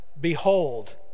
Behold